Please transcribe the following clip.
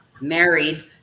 married